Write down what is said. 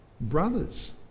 brothers